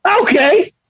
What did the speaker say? Okay